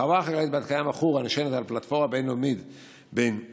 החווה החקלאית בת-קיימא חורה נשענת על פלטפורמה בין-לאומית בתוך